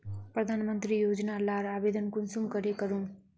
प्रधानमंत्री योजना लार आवेदन कुंसम करे करूम?